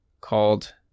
called